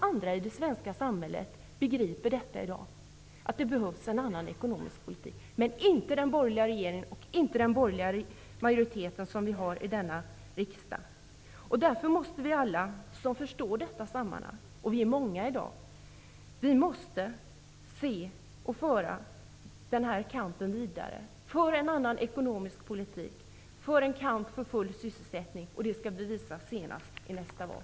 Alla i det svenska samhället, förutom den borgerliga regeringen och den borgerliga majoriteten i riksdagen, begriper i dag att det behövs en annan ekonomisk politik. Därför måste vi alla som förstår detta sammanhang -- vi är många i dag -- föra kampen vidare för en annan ekonomisk politik och för en full sysselsättning. Det skall vi visa senast vid nästa val.